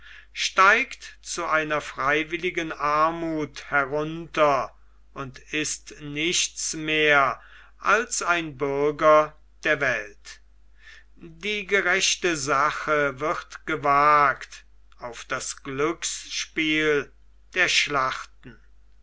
steigt zu einer freiwilligen armuth herunter und ist nichts mehr als ein bürger der welt die gerechte sache wird gewagt auf das glücksspiel der schlachten